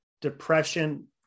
depression